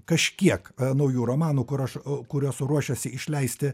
kažkiek naujų romanų kur aš kuriuos ruošiasi išleisti